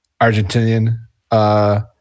Argentinian